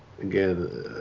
again